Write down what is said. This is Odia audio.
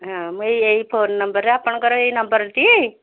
ହଁ ମୁଁ ଏହି ଫୋନ ନମ୍ବରରେ ଆପଣଙ୍କର ଏହି ନମ୍ବରଟି